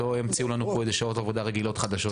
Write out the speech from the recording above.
שלא ימציאו לנו פה איזה שעות עבודה רגילות חדשות.